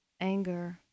anger